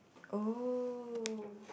oh